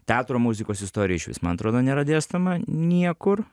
teatro muzikos istorija išvis man atrodo nėra dėstoma niekur